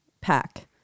pack